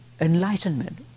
enlightenment